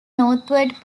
northward